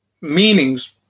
meanings